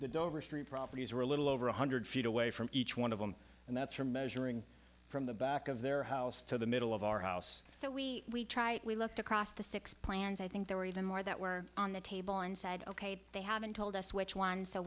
the dover street properties are a little over one hundred feet away from each one of them and that's from measuring from the back of their house to the middle of our house so we we try we looked across the six plans i think there were even more that were on the table and said ok they haven't told us which one so